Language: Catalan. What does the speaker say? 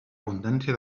abundància